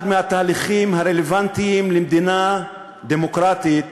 התהליכים הרלוונטיים למדינה דמוקרטית,